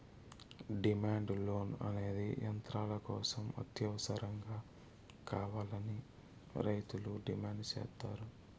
demand loan అనేది యంత్రాల కోసం అత్యవసరంగా కావాలని రైతులు డిమాండ్ సేత్తారు